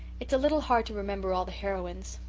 it's a little hard to remember all the heroines.